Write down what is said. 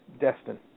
Destin